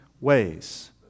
ways